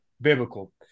Biblical